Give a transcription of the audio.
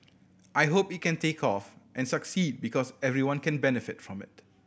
I hope it can take off and succeed because everyone can benefit from it